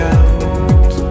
out